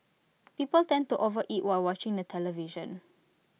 people tend to overeat while watching the television